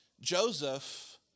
Joseph